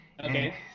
Okay